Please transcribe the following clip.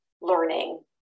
learning